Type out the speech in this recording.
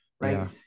right